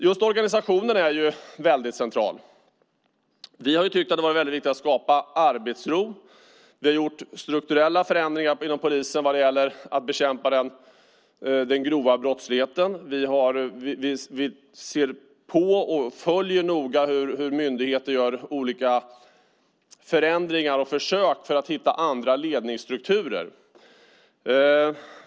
Just organisationen är central. Vi har tyckt att det har varit viktigt att skapa arbetsro. Vi har gjort strukturella förändringar inom polisen vad gäller att bekämpa den grova brottsligheten. Vi följer noga hur myndigheter gör olika förändringar och försöker hitta andra ledningsstrukturer.